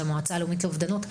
של המועצה הלאומית לאובדנות,